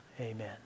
Amen